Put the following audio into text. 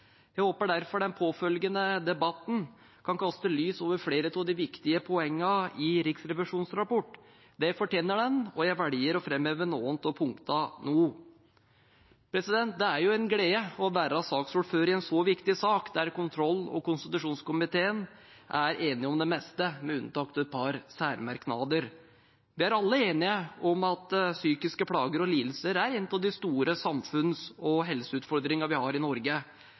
Jeg håper derfor den påfølgende debatten kan kaste lys over flere av de viktige poengene i Riksrevisjonens rapport. Det fortjener den, og jeg velger å framheve noen av punktene nå. Det er jo en glede å være saksordfører i en så viktig sak, der kontroll- og konstitusjonskomiteen er enige om det meste, med unntak av et par særmerknader. Vi er alle enige om at psykiske plager og lidelser er en av de store samfunns- og helseutfordringene vi har i Norge.